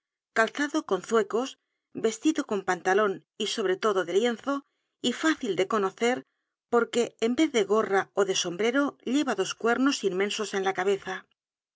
calzado con zuecos vestido con pantalon y sobretodo de lienzo y fácil de conocer porque en vez de gorra ó de sombrero lleva dos cuernos inmensos en la cabeza